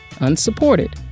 unsupported